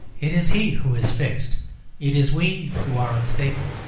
it is he who is fixed it is we who are unstable.